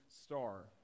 star